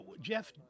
Jeff